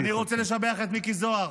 אני רוצה לשבח את מיקי זוהר.